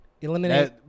eliminate